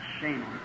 Shame